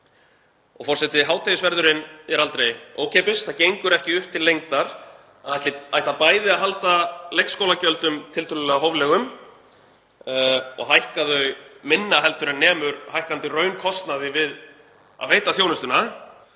Forseti. Hádegisverðurinn er aldrei ókeypis. Það gengur ekki upp til lengdar að ætla bæði að halda leikskólagjöldum tiltölulega hóflegum og hækka þau minna en sem nemur hækkandi raunkostnaði við að veita þjónustuna